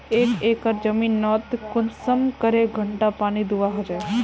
एक एकर जमीन नोत कुंसम करे घंटा पानी दुबा होचए?